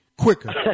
quicker